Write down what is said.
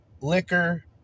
liquor